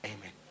Amen